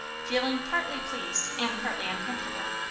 feeling partly pleased and partly uncomfortable,